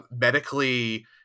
medically